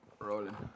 rolling